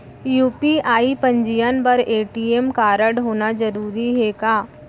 UPI पंजीयन बर ATM कारडहोना जरूरी हे का?